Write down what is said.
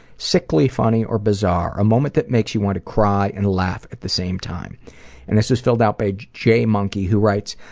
sickly funny or bizarre. a moment that makes you want to cry and laugh at the same time and this is filled out by j. monkey who writes,